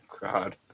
God